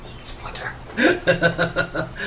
Splinter